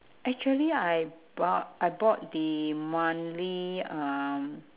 actually I bu~ I bought the monthly um